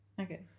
okay